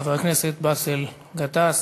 חבר הכנסת באסל גטאס,